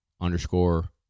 underscore